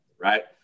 right